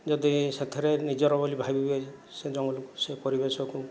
ଯଦି ସେଥିରେ ନିଜର ବୋଲି ଭାବିବେ ସେ ଜଙ୍ଗଲକୁ ସେ ପରିବେଶକୁ